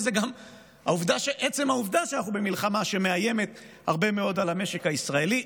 וגם העובדה שאנחנו במלחמה מאיימת הרבה מאוד על המשק הישראלי,